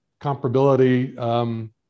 comparability